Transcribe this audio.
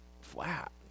flat